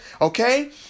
okay